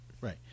Right